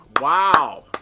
wow